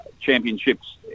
Championships